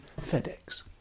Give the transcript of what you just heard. FedEx